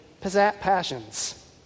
passions